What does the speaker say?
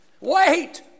wait